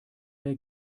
der